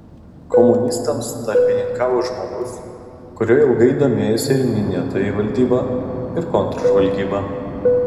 komunistams tarpininkavo žmogus kuriuo ilgai domėjosi ir minėtoji valdyba ir kontržvalgyba